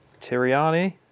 tiriani